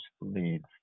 leads